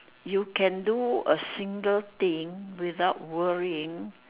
you can do a simple thing without worrying